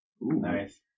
Nice